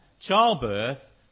childbirth